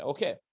Okay